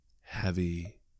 heavy